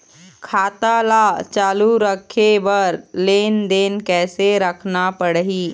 खाता ला चालू रखे बर लेनदेन कैसे रखना पड़ही?